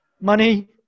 money